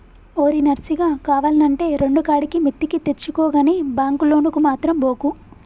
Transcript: ఓరి నర్సిగా, కావాల్నంటే రెండుకాడికి మిత్తికి తెచ్చుకో గని బాంకు లోనుకు మాత్రం బోకు